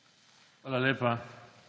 Hvala lepa.